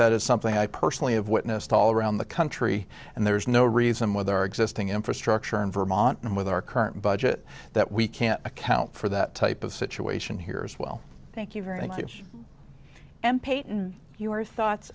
that is something i personally have witnessed all around the country and there's no reason why there are existing infrastructure in vermont and with our current budget that we can't account for that type of situation here as well thank you very much m peyton your thoughts